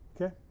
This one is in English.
Okay